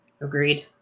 Agreed